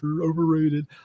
overrated